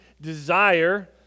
desire